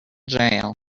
jail